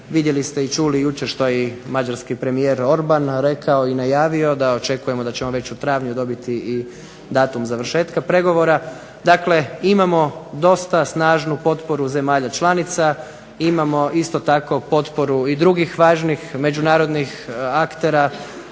Vidjeli ste i čuli jučer što je i mađarski premijer Orban rekao i najavio da očekujemo da će on već u travnju dobiti i datum završetka pregovora. Dakle imamo dosta snažnu potporu zemalja članica, imamo isto tako potporu i drugih važnih međunarodnih aktera